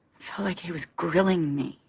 felt like he was grilling me.